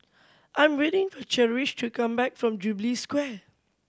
I'm waiting for Cherish to come back from Jubilee Square